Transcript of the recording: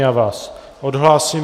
Já vás odhlásím.